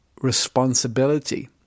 responsibility